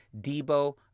Debo